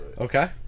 Okay